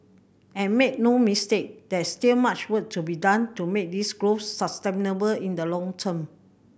and made no mistake there's still much work to be done to make this growth sustainable in the long term